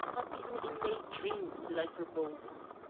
not even in nay dreams did i forebode this,